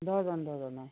দহজন দহজন অঁ